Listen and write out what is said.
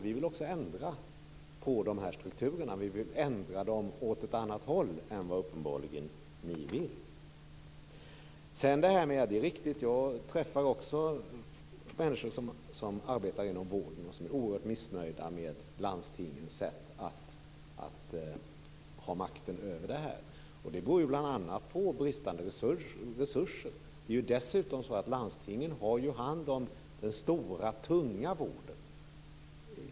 Vi vill också ändra de här strukturerna, men vi vill ändra dem åt ett annat håll än vad ni uppenbarligen vill. Jag träffar också människor som arbetar inom vården som är oerhört missnöjda med landstingens sätt att ha makten över detta. Det beror bl.a. på bristande resurser. Det är dessutom så att landstingen har hand om den stora tunga vården.